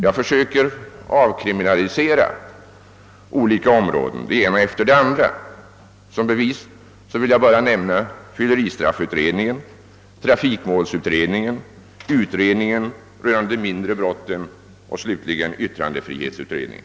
Jag försöker avkriminalisera det ena området efter det andra. Som bevis vill jag bara nämna fylleristraffutredningen, trafikmålsutredningen, utredningen rörande de mindre brotten och slutligen yttrandefrihetsutredningen.